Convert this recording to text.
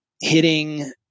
Hitting